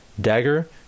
Dagger